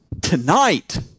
tonight